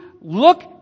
look